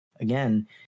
again